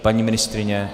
Paní ministryně?